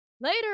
Later